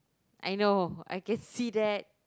I know I can see that